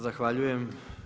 Zahvaljujem.